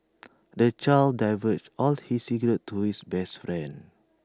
the child divulged all his secrets to his best friend